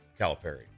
Calipari